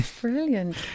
Brilliant